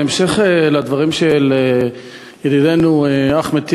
בהמשך לדברים של ידידנו אחמד טיבי,